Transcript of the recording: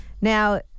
Now